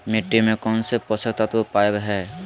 मिट्टी में कौन से पोषक तत्व पावय हैय?